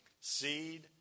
Seed